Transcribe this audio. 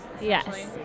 Yes